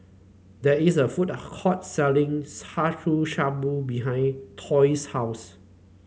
there is a food court selling Shabu Shabu behind Troy's house